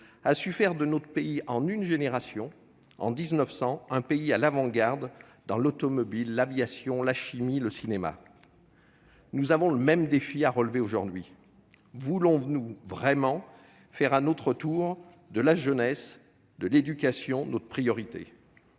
a su faire de la France, en une génération, un pays qui était en 1900 à l'avant-garde dans l'automobile, l'aviation, la chimie ou le cinéma ... Nous avons le même défi à relever aujourd'hui : voulons-nous vraiment faire à notre tour de la jeunesse et de l'éducation notre priorité ?